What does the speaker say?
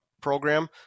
program